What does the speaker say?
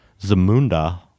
Zamunda